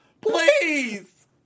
Please